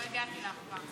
לא הגעתי לעכבר.